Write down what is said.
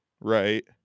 Right